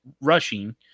rushing